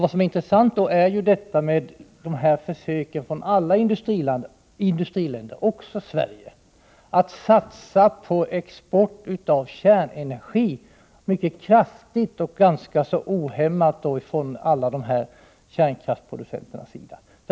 Det intressanta i sammanhanget är emellertid försöken från alla kärnkraftsproducerande industriländer, även Sverige, att mycket kraftigt och ganska ohämmat satsa på export av kärnenergi.